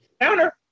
Counter